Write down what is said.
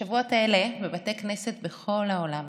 בשבועות האלה בבתי כנסת בכל העולם,